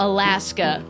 Alaska